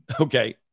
Okay